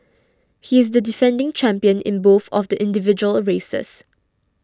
he is the defending champion in both of the individual races